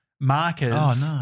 markers